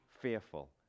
fearful